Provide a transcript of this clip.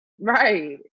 Right